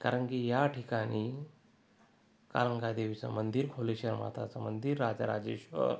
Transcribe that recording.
कारण की ह्या ठिकाणी कारंगा देवीचं मंदिर भुलेश्वर मातेचं मंदिर राजाराजेश्वर